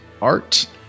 art